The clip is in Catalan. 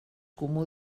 comú